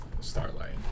Starlight